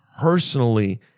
personally